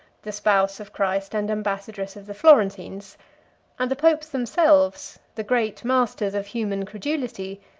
the spouse of christ and ambassadress of the florentines and the popes themselves, the great masters of human credulity,